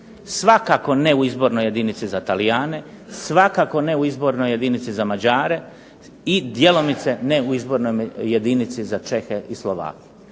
svakako ne u izbornoj jedinici za Talijane, svakako ne u izbornoj jedinici za Mađare i definitivno ne u izbornoj jedinici za Čehe i Slovake.